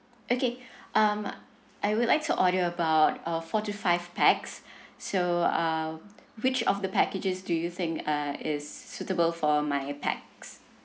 okay um I would like to order about uh four to five pax so uh which of the packages do you think uh is suitable for my pax